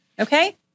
okay